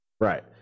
Right